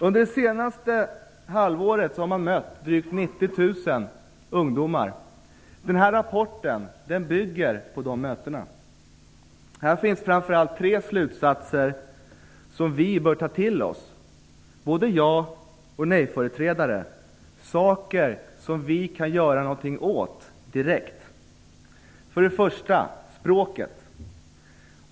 Under det senaste halvåret har man mött drygt 90 000 ungdomar, och rapporten bygger på de mötena. Här finns framför allt tre slutsatser som vi bör ta till oss, både ja och nej-företrädare, saker som vi kan göra något åt direkt. För det första - språket.